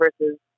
versus